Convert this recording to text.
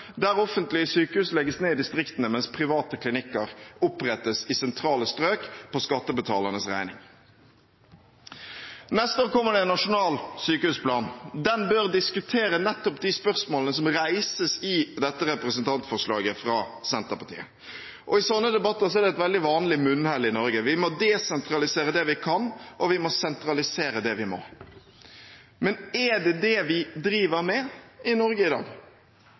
der offentlige sykehus legges ned i distriktene, mens private klinikker opprettes i sentrale strøk på skattebetalernes regning. Neste år kommer det en nasjonal sykehusplan. Den bør diskutere nettopp de spørsmålene som reises i dette representantforslaget fra Senterpartiet. I slike debatter er det et veldig vanlig munnhell i Norge at vi skal «desentralisere det vi kan, og sentralisere det vi må». Men er det det vi driver med i Norge i dag?